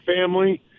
family